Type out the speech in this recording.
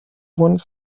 one